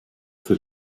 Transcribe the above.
für